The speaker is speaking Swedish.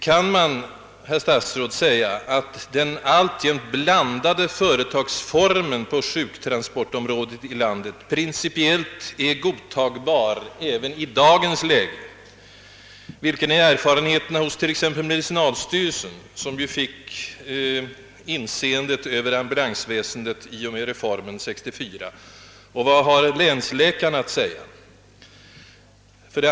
Kan man, herr statsråd, säga att den alltjämt blandade företagsformen på sjuktransportområdet i landet principiellt är godtagbar även i dagens läge? Vilka är erfarenheterna hos exempelvis medicinalstyrelsen, som fick överinseendet över även ambulansväsendet i och med reformen 1964 och vad har länsläkarna att säga?